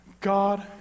God